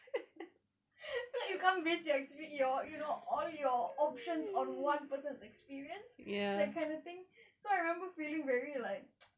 like you can't based your experience your you know all your options on one person's experience that kind of thing so I remember feeling very like